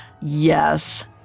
yes